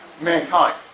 mankind